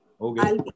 Okay